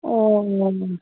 অঁ